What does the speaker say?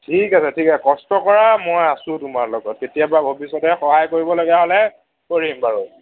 ঠিক আছে ঠিক আছে কষ্ট কৰা মই আছো তোমাৰ লগত কেতিয়াবা ভৱিষ্যতে সহায় কৰিবলগীয়া হ'লে কৰিম বাৰু